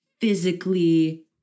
physically